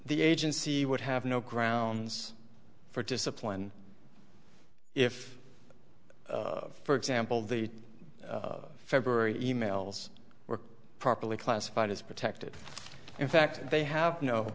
the agency would have no grounds for discipline if for example the february e mails were properly classified as protected in fact they have no